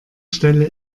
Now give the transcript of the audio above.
stelle